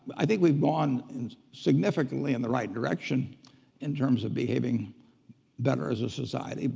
i think we've gone and significantly in the right direction in terms of behaving better as a society,